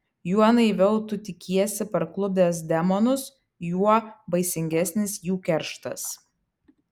juo naiviau tu tikiesi parklupdęs demonus juo baisingesnis jų kerštas